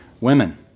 women